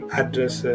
address